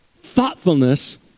thoughtfulness